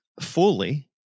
fully